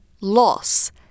loss